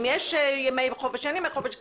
אם יש ימי חופש או אין ימי חופש וכולי.